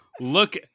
Look